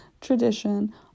tradition